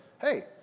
hey